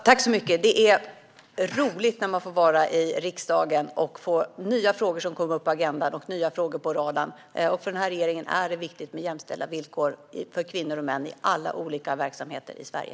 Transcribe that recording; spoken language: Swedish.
Herr talman! Det är roligt när man får vara i riksdagen och få upp nya frågor på agendan och radarn. För den här regeringen är det viktigt med jämställda villkor för kvinnor och män i alla olika verksamheter i Sverige.